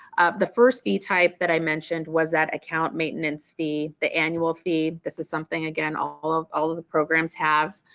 the first fee type that i mentioned was that account maintenance fee, the annual fee. this is something again all of all of the programs have.